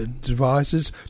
devices